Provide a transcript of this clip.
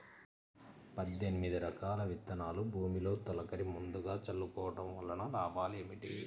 పద్దెనిమిది రకాల విత్తనాలు భూమిలో తొలకరి ముందుగా చల్లుకోవటం వలన లాభాలు ఏమిటి?